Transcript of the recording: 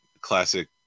classic